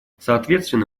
соответственно